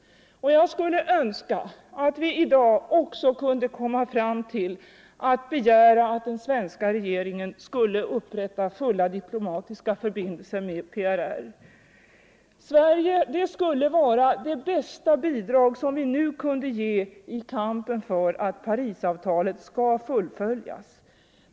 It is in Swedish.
Jag skulle önska att vi i dag också kunde komma fram till att begära att den svenska regeringen skall upprätta fulla diplomatiska förbindelser med PRR. Det skulle vara det bästa bidrag som vi nu kunde ge i kampen för att Parisavtalet skall fullföljas.